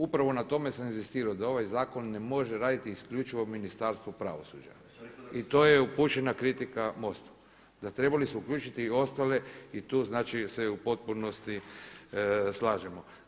Upravo na tome sam inzistirao da ovaj zakon ne može raditi isključivo Ministarstvo pravosuđa i to je upućena kritika MOST-u, da trebali su uključiti i ostale i tu znači se u potpunosti slažemo.